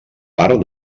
part